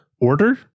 order